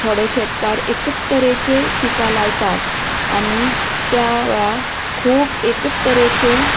थोडे शेतकार एकच तरेचें पिकां लायतात आनी त्या वेळार खूब एकच तरेचें